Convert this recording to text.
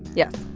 yes